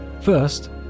First